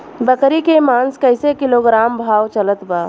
बकरी के मांस कईसे किलोग्राम भाव चलत बा?